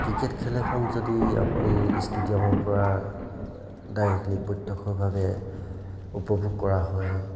cricket খেল এখন যদি আপুনি ষ্টুডিয়ামৰপৰা ডাইৰেক্টলি প্ৰত্যক্ষভাৱে উপভোগ কৰা হয়